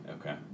Okay